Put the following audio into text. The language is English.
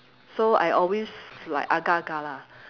so I always like agak agak lah